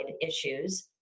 issues